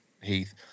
Heath